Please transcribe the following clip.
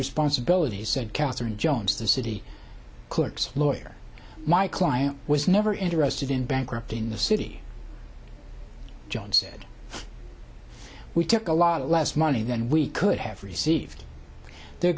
responsibility said katherine jones the city clerk's lawyer my client was never interested in bankrupting the city john said we took a lot less money than we could have received the